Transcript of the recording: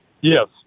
Yes